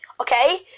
Okay